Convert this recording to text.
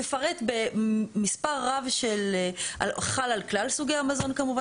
מפרט במספר רב של, חל על כלל סוגי המזון כמובן.